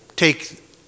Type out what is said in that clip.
take